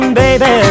baby